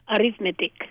arithmetic